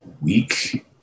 week